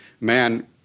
man—